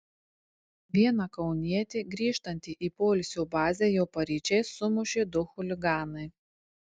vieną kaunietį grįžtantį į poilsio bazę jau paryčiais sumušė du chuliganai